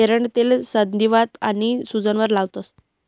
एरंडनं तेल संधीवात आनी सूजवर लावतंस